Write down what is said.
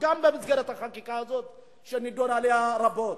גם במסגרת החקיקה הזאת שנדונה רבות,